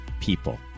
people